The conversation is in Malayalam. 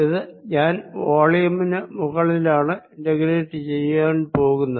ഇത് ഞാൻ വോളിയം നു മുകളിലാണ് ഇന്റഗ്രേറ്റ് ചെയ്യാൻ പോകുന്നത്